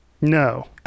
no